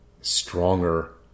stronger